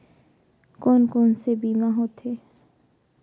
कोन कोन से बीमा होथे?